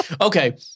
Okay